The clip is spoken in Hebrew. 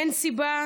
אין סיבה